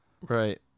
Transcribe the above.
Right